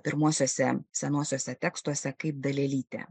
pirmuosiuose senuosiuose tekstuose kaip dalelytė